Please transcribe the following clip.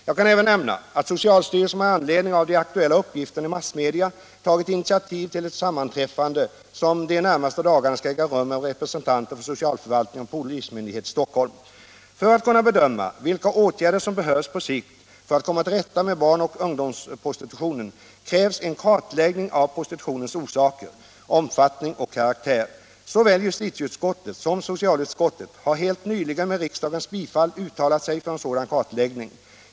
Jag kan även nämna att socialstyrelsen med anledning av de aktuella uppgifterna i massmedia tagit initiativ till ett sammanträffande som de närmaste dagarna skall äga rum med representanter för socialförvaltning För att kunna bedöma vilka åtgärder som behövs på sikt för att komma till rätta med barn och ungdomsprostitutionen krävs en kartläggning av prostitutionens orsaker, omfattning och karaktär. Såväl justitieutskottet som socialutskottet har helt nyligen med riksdagens bifall uttalat sig för en sådan kartläggning.